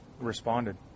responded